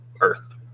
earth